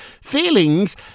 feelings